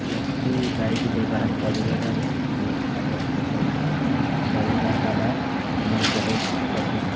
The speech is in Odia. ଅତି ବାଇକ୍ ବ୍ୟବହାର କରିବାଟା ବି ଆବଶ୍ୟକ ନାହିଁ କରିବା ଦ୍ୱାରା ଆମର ବହୁତ ପ୍ରଦୂଷଣ